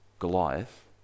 Goliath